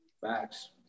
Facts